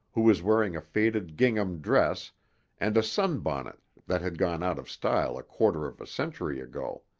who was wearing a faded gingham dress and a sunbonnet that had gone out of style a quarter of a century ago.